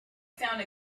found